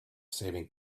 saving